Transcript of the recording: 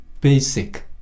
basic